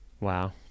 Wow